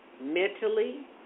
mentally